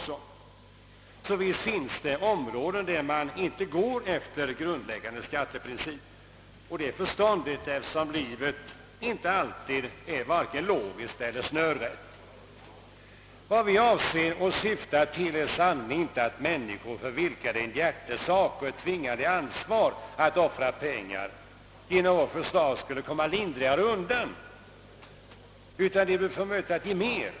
Så visst finns det områden där vi inte går efter en grundläggande skatteprincip — och det är förståndigt, eftersom livet inte alltid är vare sig logiskt eller snörrätt. Vad vi avser och syftar till är sannerligen inte att människor, för vilka det är en hjärtesak och ett tvingande ansvar att offra pengar, genom vårt förslag skall komma lindrigare undan. De bör i stället få möjlighet att satsa mer.